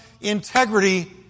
integrity